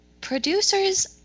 producers